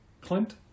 Clint